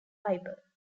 fiber